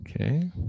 Okay